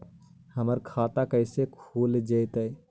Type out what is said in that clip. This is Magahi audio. हमर खाता कैसे खुल जोताई?